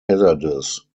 hazardous